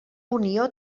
unió